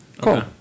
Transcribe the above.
Cool